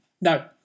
No